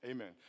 Amen